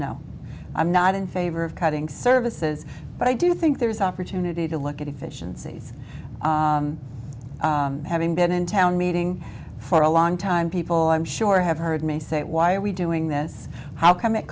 no i'm not in favor of cutting services but i do think there's opportunity to look at efficiencies having been in town meeting for a long time people i'm sure have heard me say why are we doing this how come it